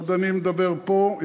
עוד אני מדבר פה,